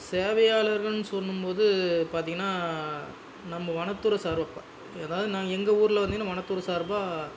சேவையாளர்கள்னு சொல்லும்போது பார்த்திங்கன்னா நம்ம வனத்துறை எதாவது நாங்கள் எங்கள் ஊரில் வந்து இந்த வனத்துறை சார்பாக